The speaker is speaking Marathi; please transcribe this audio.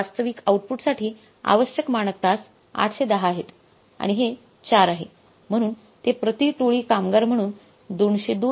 वास्तविक आउटपुटसाठी आवश्यक मानक तास 810 आहेत आणि हे 4 आहे म्हणून ते प्रति टोळी कामगार म्हणून 202